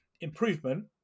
improvement